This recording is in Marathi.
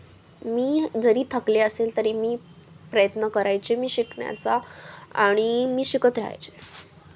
मी जरी थकले असेल तरी मी प्रयत्न करायचे मी शिकण्याचा आणि मी शिकत राहायचे